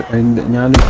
and the